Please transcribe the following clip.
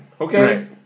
Okay